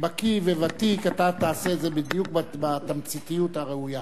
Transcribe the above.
כבקי וותיק אתה תעשה את זה בדיוק בתמציתיות הראויה.